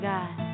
God